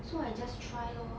so I just try lor